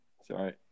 Sorry